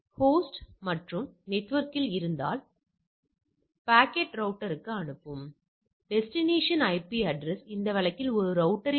71 ஐ விட பெரியதாக இருந்தால் நான் இன்மை கருதுகோளை நிராகரிக்கிறேன்